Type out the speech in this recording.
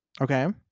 okay